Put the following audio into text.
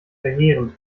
verheerend